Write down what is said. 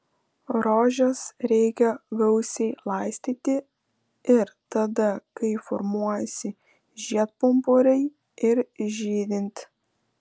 rožes reikia gausiai laistyti ir tada kai formuojasi žiedpumpuriai ir žydint